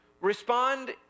respond